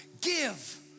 Give